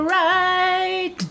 right